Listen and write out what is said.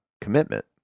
commitment